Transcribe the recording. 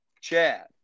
Chad